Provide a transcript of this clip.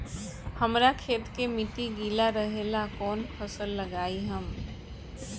हमरा खेत के मिट्टी गीला रहेला कवन फसल लगाई हम?